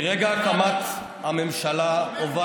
שומר החומות בא בגללך.